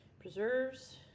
preserves